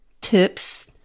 tips